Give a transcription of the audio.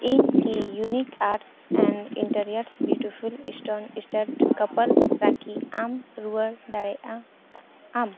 ᱤᱧᱠᱤ unique arts and interiors beautiful stone studded couple rakhi ᱮᱢ ᱨᱩᱣᱟᱹᱲ ᱫᱟᱲᱮᱭᱟᱜ ᱟᱢ